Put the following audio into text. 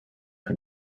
for